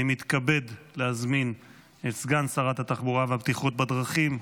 אני מתכבד להזמין את סגן שרת התחבורה והבטיחות בדרכים,